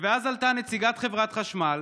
ואז עלתה נציגת חברת חשמל,